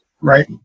right